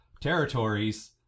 territories